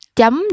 chấm